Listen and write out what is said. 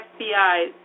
FBI